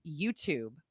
YouTube